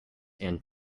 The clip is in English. and